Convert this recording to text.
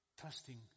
Trusting